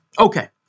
Okay